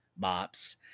Mops